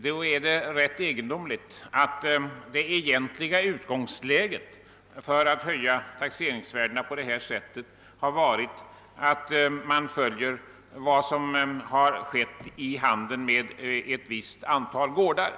Det egendomliga är att den princip som man haft vid höjningen av taxeringsvärdena varit att följa de priser som förekommit i handeln med ett visst antal gårdar.